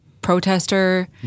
protester